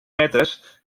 metres